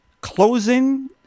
closing